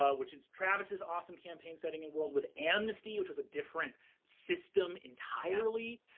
ah which is travis's awesome campaign setting and world, with amnesty, which was a different system entirely,